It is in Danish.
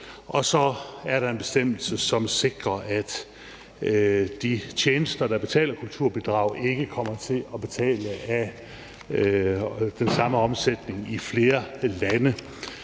og så er der en bestemmelse, som sikrer, at de tjenester, der betaler kulturbidrag, ikke kommer til at betale af den samme omsætning i flere lande,